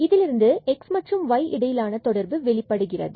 இதிலிருந்து x மற்றும் y இடையிலான தொடர்பு வெளிப்படுகிறது